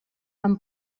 amb